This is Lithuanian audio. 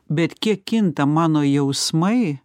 bet kiek kinta mano jausmai